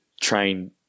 train